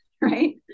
right